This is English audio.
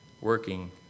working